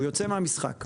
הוא יוצא מהמשחק.